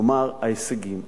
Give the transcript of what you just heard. כלומר ההישגים.